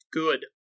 good